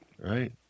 right